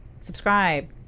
subscribe